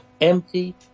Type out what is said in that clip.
empty